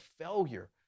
failure